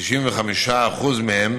כ-95% מהם